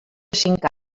cinc